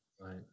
Right